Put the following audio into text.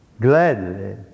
Gladly